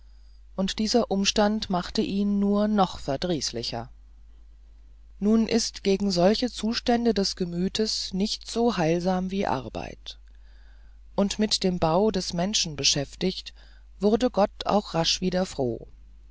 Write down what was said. und dieser umstand machte ihn nur noch verdrießlicher nun ist gegen solche zustände des gemütes nichts so heilsam wie arbeit und mit dem bau des menschen beschäftigt wurde gott auch rasch wieder froh